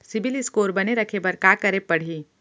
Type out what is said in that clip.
CIBIL score बने रखे बर का करे पड़ही?